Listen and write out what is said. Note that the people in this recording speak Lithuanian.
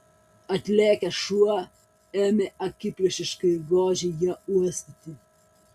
atlėkęs šuo ėmė akiplėšiškai ir godžiai ją uostyti